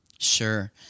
Sure